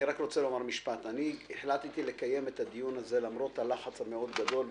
אני רוצה לומר משפט: החלטתי לקיים את הדיון הזה למרות הלחץ הגדול מאוד,